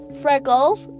freckles